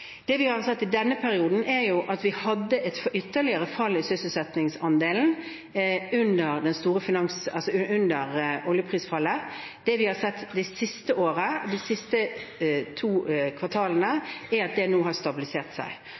Det vi har sett i denne perioden, er at vi hadde et ytterligere fall i sysselsettingsandelen under oljeprisfallet. Det vi har sett de siste to kvartalene, er at det nå har stabilisert seg.